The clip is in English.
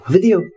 Video